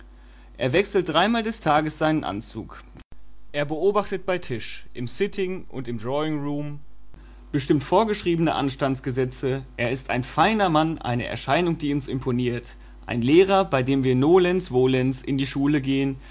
er wechselt dreimal des tages seinen anzug er beobachtet bei tisch im sitting und im drawing room bestimmt vorgeschriebene anstandsgesetze er ist ein feiner mann eine erscheinung die uns imponiert ein lehrer bei dem wir nolens volens in die schule gehen